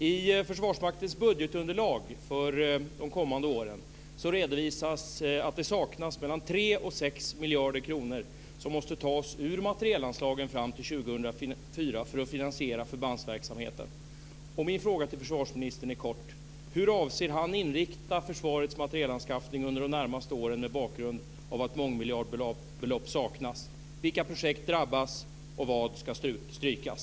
I försvarsmaktens budgetunderlag för de kommande åren redovisas att det saknas mellan 3 och 6 miljarder kronor, som måste tas ur materielanslagen fram till 2004 för att finansiera förbandsverksamheten. Min fråga till försvarsministern är kort: Hur avser han inrikta försvarets materielanskaffning under de närmaste åren mot bakgrund av att mångmiljardbelopp saknas? Vilka projekt drabbas, och vad ska strykas?